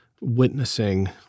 witnessing